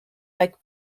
like